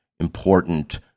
important